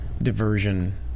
Diversion